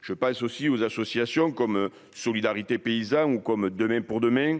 je pense aussi aux associations comme Solidarité paysans ou comme demain pour demain,